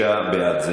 36 בעד,